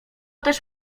też